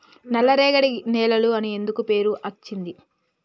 నల్లరేగడి నేలలు అని ఎందుకు పేరు అచ్చింది?